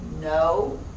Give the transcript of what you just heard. no